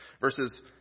Verses